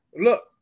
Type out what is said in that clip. Look